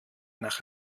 nach